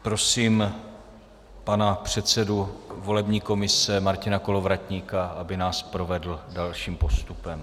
Prosím pana předsedu volební komise Martina Kolovratníka, aby nás provedl dalším postupem.